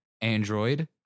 Android